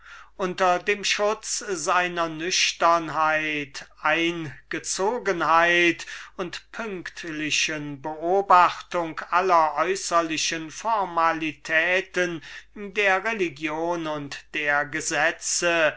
unter dem schutz seiner nüchternheit eingezogenheit und pünktlichen beobachtung aller äußerlichen formalitäten der religion und der gesetze